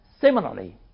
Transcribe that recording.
Similarly